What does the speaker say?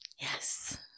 yes